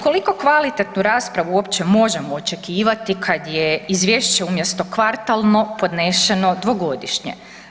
Koliko kvalitetnu raspravu uopće možemo očekivati kad je Izvješće umjesto kvartalno podnešeno dvogodišnje.